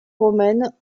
romaine